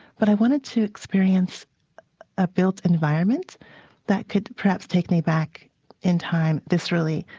but i wanted to experience a built environment that could perhaps take me back in time, viscerally,